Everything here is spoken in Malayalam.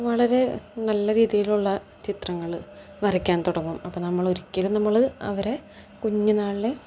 വളരെ നല്ല രീതിയിലുള്ള ചിത്രങ്ങൾ വരയ്ക്കാൻ തുടങ്ങും അപ്പം നമ്മൾ ഒരിക്കലും നമ്മൾ അവരെ കുഞ്ഞിനാളിൽ